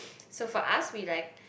so for us we like